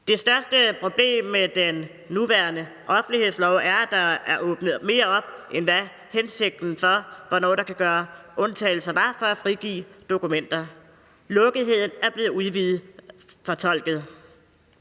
Det største problem med den nuværende offentlighedslov er, at der er åbnet mere op for, hvornår der kan gøres undtagelser for at frigive dokumenter. Fortolkningen af lukketheden er blevet udvidet. Det